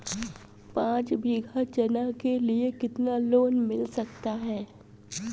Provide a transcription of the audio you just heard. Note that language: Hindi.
पाँच बीघा चना के लिए कितना लोन मिल सकता है?